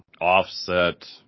offset